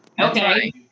Okay